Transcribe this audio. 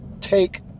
take